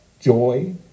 joy